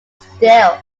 still